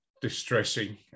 distressing